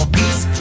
peace